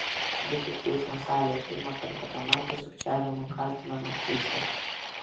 ji tik teismo salėje pirmą kartą pamatė sukčiavimu kaltinamą puišę